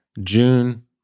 june